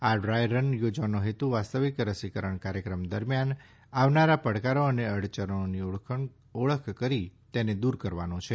આ dry run યોજવાનો હેતુ વાસ્તવિક રસીકરણ કાર્યક્રમ દરમિયાન આવનારા પડકારો અને અડચણોની ઓળખ કરી તેને કરવાનો છે